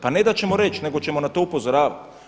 Pa ne da ćemo reći nego ćemo na to upozoravati.